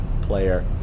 player